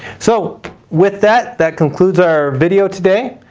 so with that, that concludes our video today.